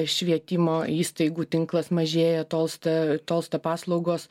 švietimo įstaigų tinklas mažėja tolsta tolsta paslaugos